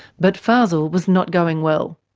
but fazel was not going well.